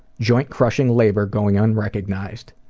joint crushing labor going unrecognized.